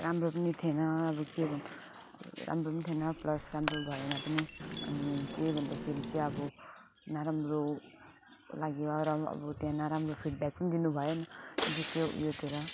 राम्रो पनि थिएन अब के भन्नु राम्रो पनि थिएन प्लस राम्रो भएन पनि अनि त्यही भन्दाखेरि चाहिँ अब नराम्रो लाग्यो र अब त्यहाँ नराम्रो फिडब्याक पनि दिनुभएन जो त्यो ऊ योतिर